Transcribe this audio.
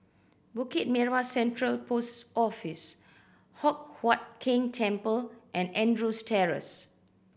Bukit Merah Central Post Office Hock Huat Keng Temple and Andrews Terrace